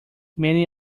many